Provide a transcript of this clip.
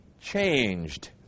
changed